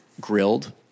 grilled